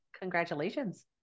Congratulations